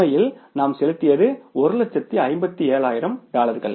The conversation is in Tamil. உண்மையில் நாம் செலுத்தியது 157000 டாலர்கள்